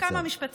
עוד כמה משפטים.